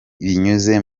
binyuze